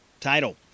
title